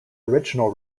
original